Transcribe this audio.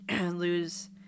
lose